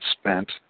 spent